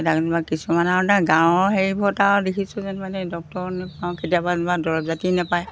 এতিয়া যেনিবা কিছুমান আৰু গাঁৱৰ হেৰিবোৰত আৰু দেখিছোঁ যে মানে ডক্তৰ নিওঁ কেতিয়াবা দৰৱ পাতি নাপায়